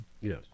Yes